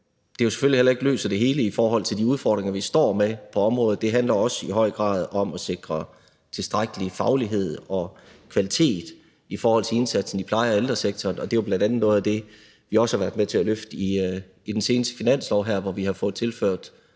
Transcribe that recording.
at det selvfølgelig heller ikke løser det hele i forhold til de udfordringer, vi står med, på området. Det handler også i høj grad om at sikre tilstrækkelig faglighed og kvalitet i forhold til indsatsen i pleje- og ældresektoren, og det er jo bl.a. noget af det, vi også har været med til at løfte med den seneste finanslov her, hvor vi har fået tilført